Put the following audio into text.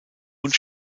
und